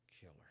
killer